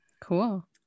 Cool